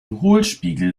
hohlspiegel